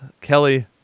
Kelly